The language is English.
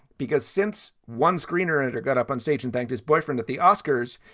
because since one screenwriter got up on stage and thanked his boyfriend at the oscars,